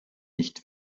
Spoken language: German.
nicht